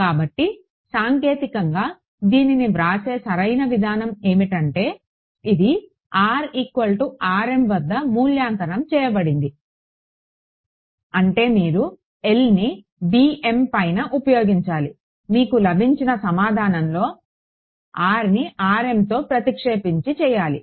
కాబట్టి సాంకేతికంగా దీనిని వ్రాసే సరైన విధానం ఏమిటంటే ఇది rrm వద్ద మూల్యాంకనం చేయబడింది అంటే మీరు L ని bm పైన ఉపయోగించాలి మీకు లభించిన సమాధానంలో rని rmతో ప్రతిక్షేపించి చేయాలి